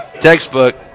Textbook